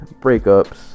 breakups